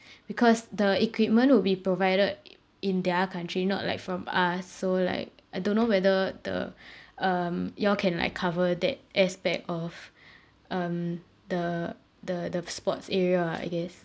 because the equipment will be provided i~ in their country not like from us so like I don't know whether the um you all can like cover that aspect of um the the the sports area ah I guess